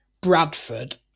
Bradford